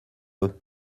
eux